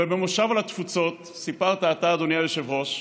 אבל במושב על התפוצות סיפרת אתה, אדוני היושב-ראש,